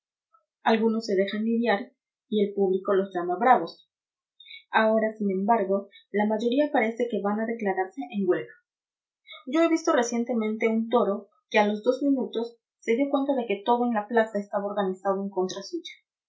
algunos se dejan lidiar y el público los llama bravos ahora sin embargo la mayoría parece que van a declararse en huelga yo he visto recientemente un toro que a los dos minutos se dio cuenta de que todo en la plaza estaba organizado en contra suya